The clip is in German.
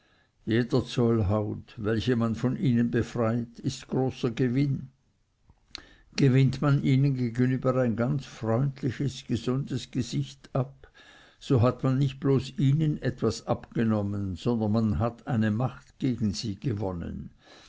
jeder zoll haut welche man von ihnen befreit ist großer gewinn gewinnt man ihnen gegenüber ein ganz freundliches gesundes gesicht ab so hat man nicht bloß ihnen etwas abgenommen sondern man hat eine macht gegen sie gewonnen